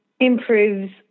improves